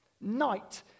Night